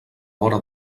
vora